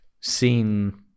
seen